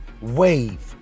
wave